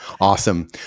Awesome